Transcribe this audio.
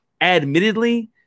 Admittedly